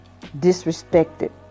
disrespected